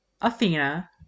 Athena